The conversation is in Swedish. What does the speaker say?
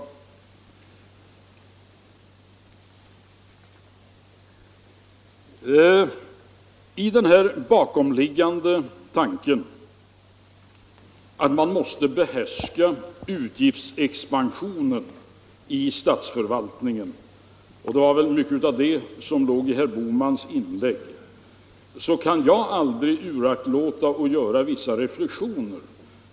I fråga om den här bakomliggande tanken att man måste behärska utgiftsexpansionen i statsförvaltningen — mycket av det låg väl i herr Bohmans inlägg — kan jag aldrig uraktlåta att göra vissa reflexioner.